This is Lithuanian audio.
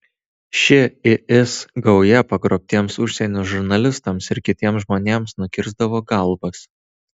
ši is gauja pagrobtiems užsienio žurnalistams ir kitiems žmonėms nukirsdavo galvas